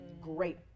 great